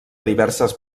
diverses